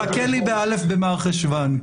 חכה לי ב-א' במרחשון.